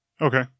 Okay